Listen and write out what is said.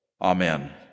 Amen